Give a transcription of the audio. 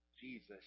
Jesus